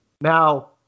Now